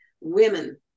women